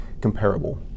comparable